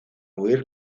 oír